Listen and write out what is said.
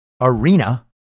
arena